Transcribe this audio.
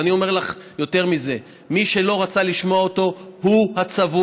ואני אומר לך יותר מזה: מי שלא רצה לשמוע אותו הוא הצבוע.